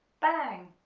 bang,